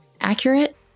accurate